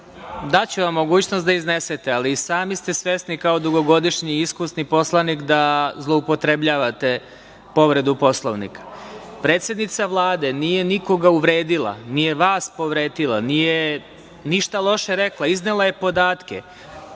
Daću vam mogućnost da iznesete, ali sami ste svesni, kao dugogodišnji i iskusni poslanik, da zloupotrebljavate povredu Poslovnika. Predsednica Vlade nije nikoga uvredila, nije vas povredila, nije ništa loše rekla, iznela je podatke.